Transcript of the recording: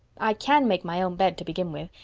i can make my own bed to begin with.